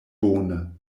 bone